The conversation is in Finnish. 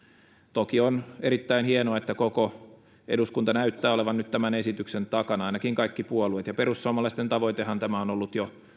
toki on erittäin hienoa että koko eduskunta näyttää olevan nyt tämän esityksen takana ainakin kaikki puolueet ja perussuomalaisten tavoitehan tämä on ollut jo